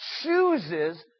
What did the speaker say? chooses